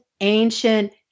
ancient